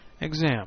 exam